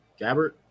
Gabbert